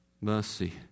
Mercy